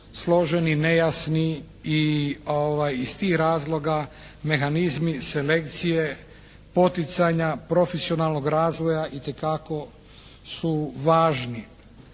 složeni, nejasni i iz tih razloga mehanizmi selekcije, poticanja, profesionalnog razvoja itekako su važni.